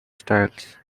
styles